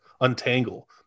untangle